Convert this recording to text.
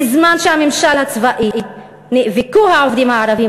בזמן של הממשל הצבאי נאבקו העובדים הערבים